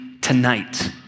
tonight